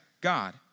God